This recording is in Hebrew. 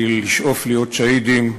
לשאוף להיות שהידים,